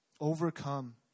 overcome